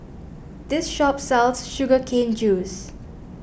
this shop sells Sugar Cane Juice